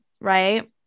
right